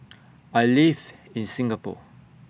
I live in Singapore